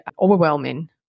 overwhelming